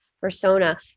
persona